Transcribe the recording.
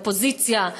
לאופוזיציה,